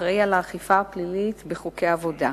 אחראי לאכיפה הפלילית של חוקי העבודה.